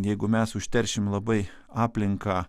jeigu mes užteršim labai aplinką